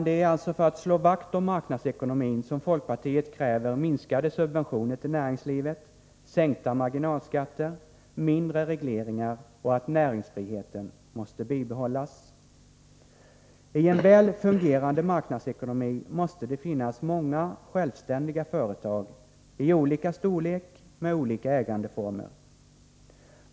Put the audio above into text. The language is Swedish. Det är alltså för att slå vakt om marknadsekonomin som folkpartiet kräver minskade subventioner till näringslivet, sänkta marginalskatter, mindre regleringar och att näringsfriheten skall bibehållas. I en väl fungerande marknadsekonomi måste det finnas många självständiga företag, i olika storlek med olika ägandeformer.